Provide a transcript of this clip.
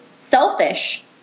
selfish